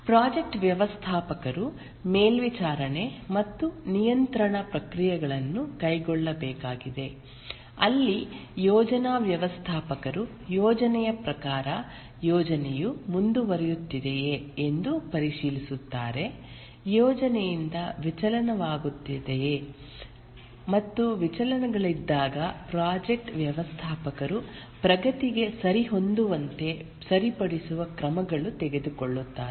project ವ್ಯವಸ್ಥಾಪಕರು ಮೇಲ್ವಿಚಾರಣೆ ಮತ್ತು ನಿಯಂತ್ರಣ ಪ್ರಕ್ರಿಯೆಗಳನ್ನು ಕೈಗೊಳ್ಳಬೇಕಾಗಿದೆ ಅಲ್ಲಿ ಯೋಜನಾ ವ್ಯವಸ್ಥಾಪಕರು ಯೋಜನೆಯ ಪ್ರಕಾರ ಯೋಜನೆಯು ಮುಂದುವರಿಯುತ್ತಿದೆಯೇ ಎಂದು ಪರಿಶೀಲಿಸುತ್ತಾರೆ ಯೋಜನೆಯಿಂದ ವಿಚಲನವಾಗುತ್ತದೆಯೇ ಮತ್ತು ವಿಚಲನಗಳಿದ್ದಾಗ ಪ್ರಾಜೆಕ್ಟ್ ವ್ಯವಸ್ಥಾಪಕರು ಪ್ರಗತಿಗೆ ಸರಿಹೊಂದುವಂತೆ ಸರಿಪಡಿಸುವ ಕ್ರಮಗಳನ್ನು ತೆಗೆದುಕೊಳ್ಳುತ್ತಾರೆ